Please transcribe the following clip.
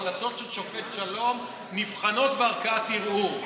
החלטות של שופט שלום נבחנות בערכאת ערעור,